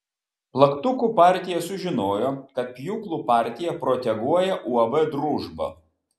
plaktukų partija sužinojo kad pjūklų partija proteguoja uab družba